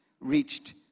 reached